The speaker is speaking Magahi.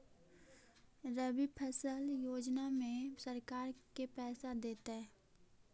रबि फसल योजना में सरकार के पैसा देतै?